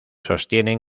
sostienen